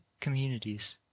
communities